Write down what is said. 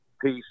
Peace